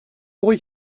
ruhig